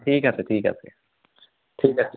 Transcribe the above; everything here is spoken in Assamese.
ঠিক আছে ঠিক আছে ঠিক আছে